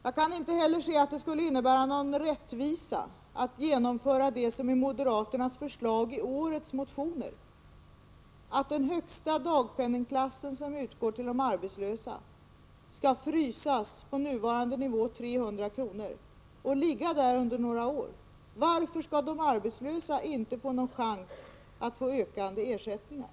Jag kan inte heller se att det skulle innebära någon rättvisa att genomföra det som är moderaternas förslag i årets motioner, att den högsta dagpenningklassen för de arbetslösa skall frysas på nuvarande nivå, 300 kr., och ligga där under några år. Varför skall de arbetslösa inte ges någon chans att få ökande ersättningar?